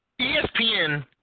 ESPN